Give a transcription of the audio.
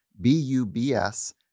B-U-B-S